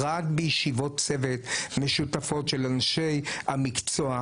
רק בישיבות צוות משותפות של אנשי המקצוע.